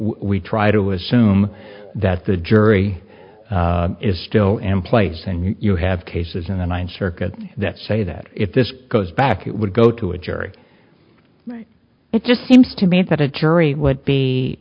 we try to assume that the jury is still in place and you have cases in the ninth circuit that say that if this goes back it would go to a jury it just seems to me that a jury would be